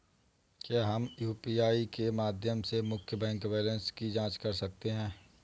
क्या हम यू.पी.आई के माध्यम से मुख्य बैंक बैलेंस की जाँच कर सकते हैं?